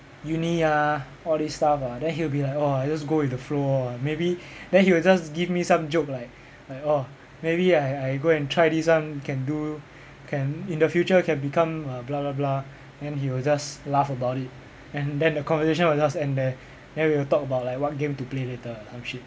uni ah all this stuff ah then he'll be like oh I just go with the flow ah maybe then he'll just give me some joke like like oh maybe I I go and try this one can do can in the future can become uh blah blah blah then he will just laugh about it and then the conversation will just end there then we'll talk about like what game to play later or some shit